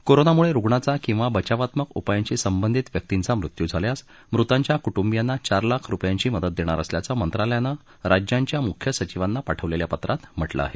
कोरोनामुळे रुग्णाचा किंवा बचावात्मक उपायांशी संबंधित व्यक्तींचा मृत्यू झाल्यास मृतांच्या कुटुंबियांना चार लाख रुपयांची मदत देणार असल्याचं मंत्रालयानं राज्यांच्या मुख्य सचिवांना पाठवलेल्या पत्रात म्हटलं आहे